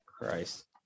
Christ